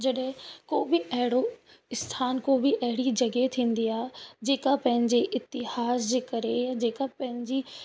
जॾहिं को बि अहिड़ो स्थान को बि अहिड़ी जॻह थींदी आहे जेका पंहिंजे इतिहास जे करे या जेकी पंहिंजी